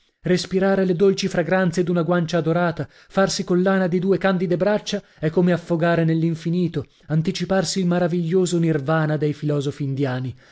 respirare le dolci fragranze d'una guancia adorata farsi collana di due candide braccia è come affogare nell'infinito anticiparsi il maraviglioso nirvana dei filosofi indiani